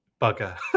bugger